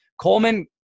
Coleman